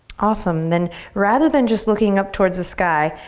awesome, then rather than just looking up towards the sky,